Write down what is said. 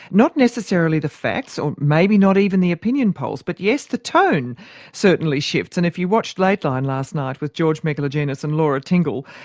not necessarily the facts, or maybe not even the opinion polls, but, yes, the tone certainly shifts, and if you watched lateline last night with george megalogenis and laura tingle,